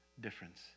difference